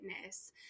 fitness